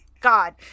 God